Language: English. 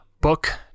book